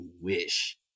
wish